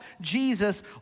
Jesus